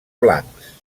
blancs